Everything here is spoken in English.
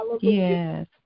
Yes